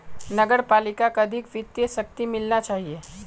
नगर पालिकाक अधिक वित्तीय शक्ति मिलना चाहिए